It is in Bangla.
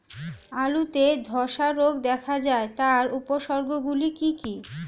আলুতে ধ্বসা রোগ দেখা দেয় তার উপসর্গগুলি কি কি?